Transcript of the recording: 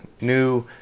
new